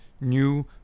new